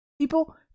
People